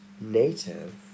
native